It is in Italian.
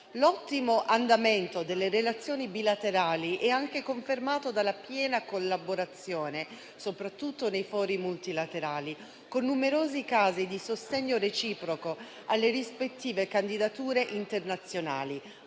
ottimo andamento è confermato anche dalla piena collaborazione soprattutto nei fori multilaterali, con numerosi casi di sostegno reciproco alle rispettive candidature internazionali.